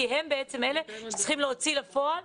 כי הם בעצם אלה שצריכים להוציא את הדברים לפועל.